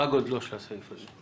מה גודלו של הסעיף הזה?